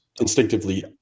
instinctively